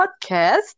podcast